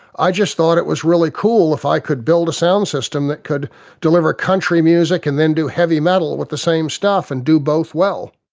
i just thought it was really cool if i could build a sound system that could deliver country music and then do heavy metal with the same stuff and do both well.